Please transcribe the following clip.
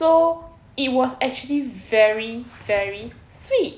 so it was actually very very sweet